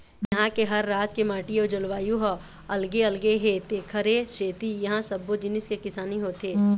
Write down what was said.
इहां के हर राज के माटी अउ जलवायु ह अलगे अलगे हे तेखरे सेती इहां सब्बो जिनिस के किसानी होथे